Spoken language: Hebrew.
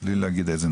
בשורה